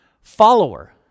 follower